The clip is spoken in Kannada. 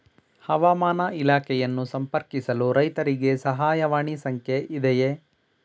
ಹವಾಮಾನ ಇಲಾಖೆಯನ್ನು ಸಂಪರ್ಕಿಸಲು ರೈತರಿಗೆ ಸಹಾಯವಾಣಿ ಸಂಖ್ಯೆ ಇದೆಯೇ?